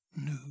new